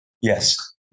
Yes